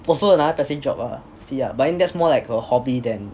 also another passive job lah see ah but then that is more like a hobby then